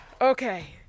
Okay